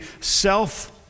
self